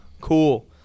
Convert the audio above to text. Cool